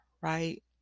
right